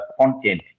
content